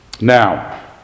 Now